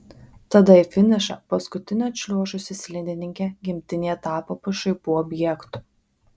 tada į finišą paskutinė atšliuožusi slidininkė gimtinėje tapo pašaipų objektu